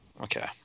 Okay